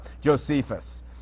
Josephus